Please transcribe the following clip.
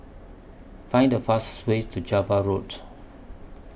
Find The fastest Way to Java Road